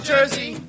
Jersey